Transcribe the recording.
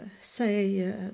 say